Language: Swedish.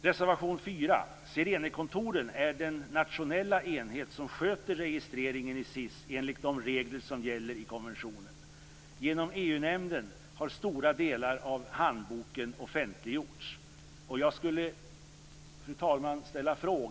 Reservation 4: SIRENE-kontoren är den nationella enhet som sköter registreringen i SIS enligt de regler som gäller i konventionen. Genom EU nämnden har stora delar av handboken offentliggjorts.